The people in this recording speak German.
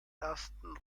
ersten